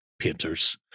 painters